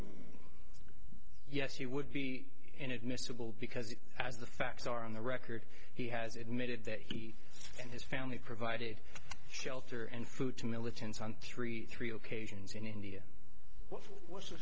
us yes you would be inadmissible because as the facts are on the record he has admitted that he and his family provided shelter and food to militants on three three occasions in india wh